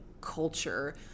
culture